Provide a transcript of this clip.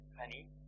Honey